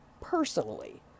personally